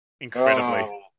Incredibly